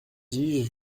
dis